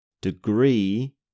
degree